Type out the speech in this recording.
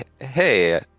hey